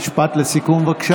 משפט לסיכום, בבקשה.